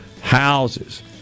houses